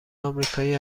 آمریکایی